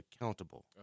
accountable